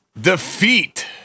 Defeat